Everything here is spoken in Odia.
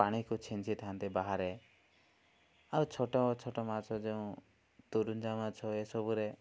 ପାଣିକୁ ଛିଞ୍ଚିଥାନ୍ତି ବାହାରେ ଆଉ ଛୋଟ ଛୋଟ ମାଛ ଯେଉଁ ତରୁଞ୍ଜା ମାଛ ଏ ସବୁରେ